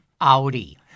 Audi